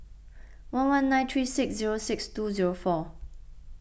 one one nine three six zero six two zero four